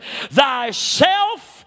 thyself